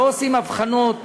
לא עושים הבחנות,